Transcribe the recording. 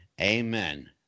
Amen